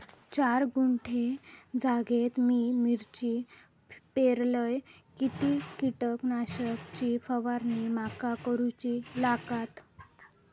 चार गुंठे जागेत मी मिरची पेरलय किती कीटक नाशक ची फवारणी माका करूची लागात?